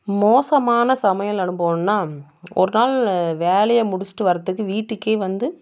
மோசமான சமையல் அனுபவம்னால் ஒரு நாள் வேலையை முடிச்சுட்டு வர்றதுக்கு வீட்டுக்கே வந்து